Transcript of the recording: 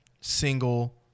single